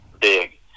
big